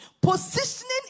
Positioning